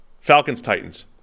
Falcons-Titans